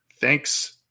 thanks